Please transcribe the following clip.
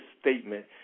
statement